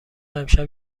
امشب